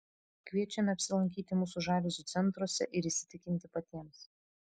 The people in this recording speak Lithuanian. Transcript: kviečiame apsilankyti mūsų žaliuzių centruose ir įsitikinti patiems